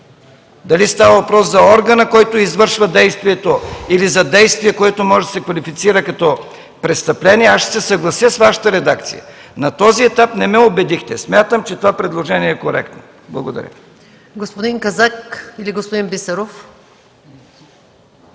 дали става въпрос за органа, който извършва действието или за действие, което може да се квалифицира като престъпление, аз ще се съглася с Вашата редакция. На този етап не ме убедихте. Смятам, че това предложение е коректно. Благодаря.